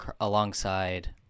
alongside